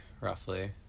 roughly